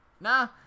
nah